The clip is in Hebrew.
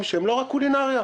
לא יהיו דירות.